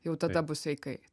jau tada bus sveikai